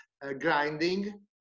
grinding